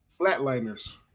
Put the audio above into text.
Flatliners